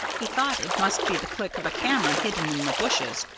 he thought it must be the click of a camera hidden in the bushes.